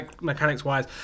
mechanics-wise